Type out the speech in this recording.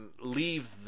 leave